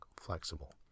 flexible